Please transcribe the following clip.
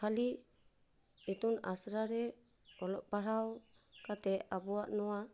ᱠᱷᱟᱹᱞᱤ ᱤᱛᱩᱱ ᱟᱥᱲᱟ ᱨᱮ ᱚᱞᱚᱜ ᱯᱟᱲᱦᱟᱣ ᱠᱟᱛᱮ ᱟᱵᱚᱭᱟᱜ ᱱᱚᱣᱟ